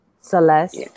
Celeste